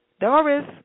Doris